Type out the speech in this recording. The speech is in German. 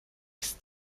ist